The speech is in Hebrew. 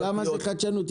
למה זה חדשנות?